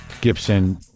Gibson